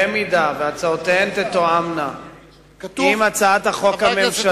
במידה שהצעותיהם תתואמנה עם הצעת החוק הממשלתית,